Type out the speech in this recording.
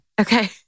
Okay